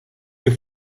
your